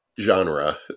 genre